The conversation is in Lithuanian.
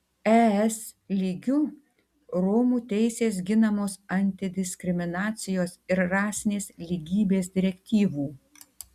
es lygiu romų teisės ginamos antidiskriminacijos ir rasinės lygybės direktyvų